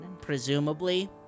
Presumably